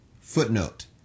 footnote